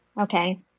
Okay